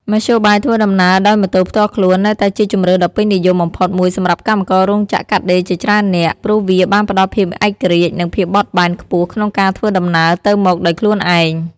មធ្យោបាយធ្វើដំណើរដោយម៉ូតូផ្ទាល់ខ្លួននៅតែជាជម្រើសដ៏ពេញនិយមបំផុតមួយសម្រាប់កម្មកររោងចក្រកាត់ដេរជាច្រើននាក់ ព្រោះវាបានផ្តល់ភាពឯករាជ្យនិងភាពបត់បែនខ្ពស់ក្នុងការធ្វើដំណើរទៅមកដោយខ្លួនឯង។